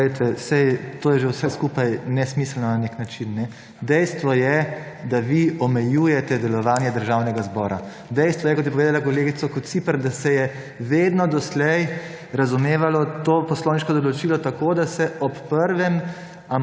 Poglejte, saj to je že vse skupaj nesmiselno na nek način. Dejstvo je, da vi omejujete delovanje Državnega zbora. Dejstvo je, kot je povedala kolegica Kociper, da se je vedno doslej razumevalo to poslovniško določilo tako, da se ob prvem